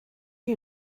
you